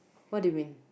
what do you mean